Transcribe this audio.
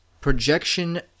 projection